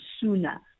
sooner